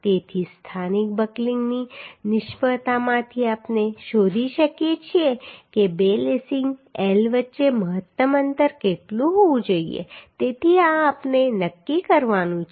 તેથી સ્થાનિક બકલિંગની નિષ્ફળતામાંથી આપણે શોધી શકીએ છીએ કે બે લેસિંગ L વચ્ચે મહત્તમ અંતર કેટલું હોવું જોઈએ તેથી આ આપણે નક્કી કરવાનું છે